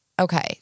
okay